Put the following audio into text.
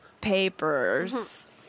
papers